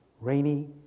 Rainy